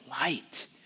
light